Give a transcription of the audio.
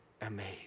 amazed